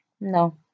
No